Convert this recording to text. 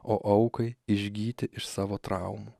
o aukai išgyti iš savo traumų